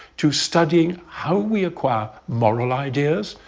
to studying how we acquire moral ideas,